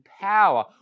power